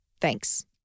Thanks